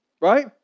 Right